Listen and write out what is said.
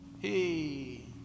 Hey